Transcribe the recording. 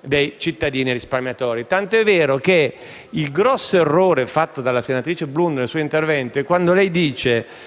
dei cittadini e dei risparmiatori. Tanto è vero che il grosso errore commesso dalla senatrice Blundo nel suo intervento è quando ha detto